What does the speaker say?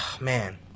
man